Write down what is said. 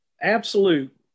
absolute